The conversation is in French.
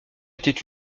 était